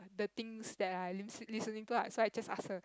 the things that I lis~ listening to [la] so I just ask